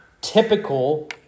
typical